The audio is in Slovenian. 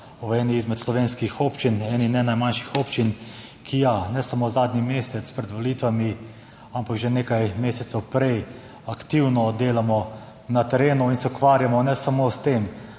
v eni izmed slovenskih občin, eni ne najmanjših občin, kjer, ja, se ne samo zadnji mesec pred volitvami, ampak že nekaj mesecev prej aktivno dela na terenu. In se ukvarjamo ne samo s tem,